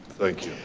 thank